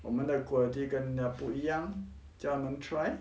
我们的 quality 跟人家不一样叫他们 try